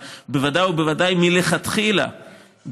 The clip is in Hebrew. אבל בוודאי ובוודאי מלכתחילה,